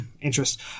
interest